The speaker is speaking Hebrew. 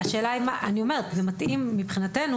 מבחינתנו,